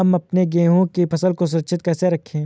हम अपने गेहूँ की फसल को सुरक्षित कैसे रखें?